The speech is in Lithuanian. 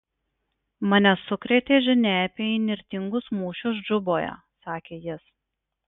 mane sukrėtė žinia apie įnirtingus mūšius džuboje sakė jis